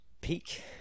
peak